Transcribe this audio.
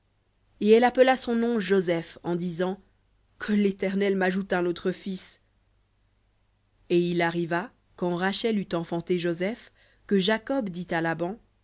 et elle appela son nom joseph en disant que l'éternel m'ajoute un autre fils v et il arriva quand rachel eut enfanté joseph que jacob dit à laban